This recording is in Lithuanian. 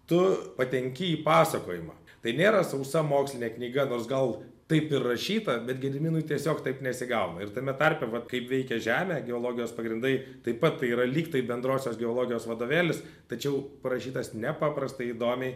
tu patenki į pasakojimą tai nėra sausa mokslinė knyga nors gal taip ir rašyta bet gediminui tiesiog taip nesigauna ir tame tarpe va kaip veikia žemė geologijos pagrindai taip pat tai yra lyg tai bendrosios geologijos vadovėlis tačiau parašytas nepaprastai įdomiai